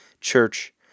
church